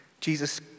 Jesus